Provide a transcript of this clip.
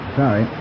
sorry